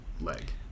leg